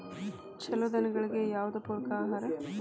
ಛಲೋ ದನಗಳಿಗೆ ಯಾವ್ದು ಪೂರಕ ಆಹಾರ?